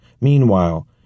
Meanwhile